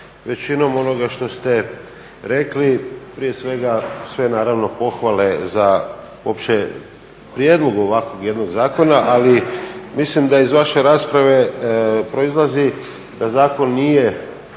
većinom onoga što ste rekli, prije svega sve naravno pohvale za uopće prijedlog ovakvog jednog zakona, ali mislim da iz vaše rasprave proizlazi da zakon nije